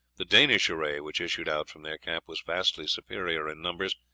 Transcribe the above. the danish array which issued out from their camp was vastly superior in numbers,